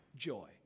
Joy